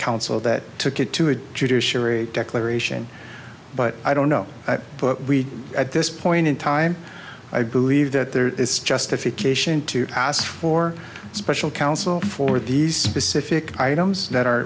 counsel that took it to a judiciary declaration but i don't know but we at this point in time i believe that there is justification to ask for special counsel for these specific items that are